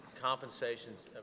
compensations